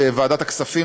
בוועדת הכספים,